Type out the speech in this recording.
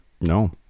No